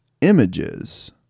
images